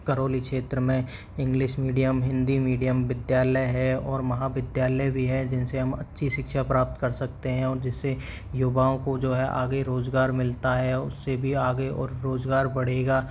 करौली क्षेत्र में English medium Hindi medium विद्यालय है और महाविद्यालय भी है जिनसे हम अच्छी शिक्षा प्राप्त कर सकते हैं और जिनसे युवाओं को जो है आगे रोज़गार मिलता है उससे भी आगे और रोज़गार बढ़ेगा